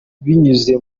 binyuze